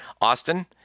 Austin